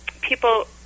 people